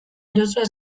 erosoa